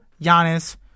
Giannis